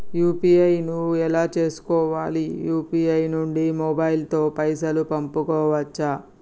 UPI ను ఎలా చేస్కోవాలి యూ.పీ.ఐ నుండి మొబైల్ తో పైసల్ పంపుకోవచ్చా?